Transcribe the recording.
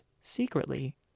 secretly